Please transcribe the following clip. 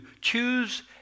choose